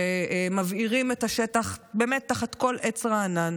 שמבעירים את השטח באמת תחת כל עץ רענן.